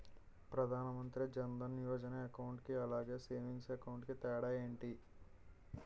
Pradhan Mantri Jan Dhan Yojana account కి అలాగే savings account కి తేడా ఏంటి?